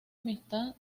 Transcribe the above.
amistad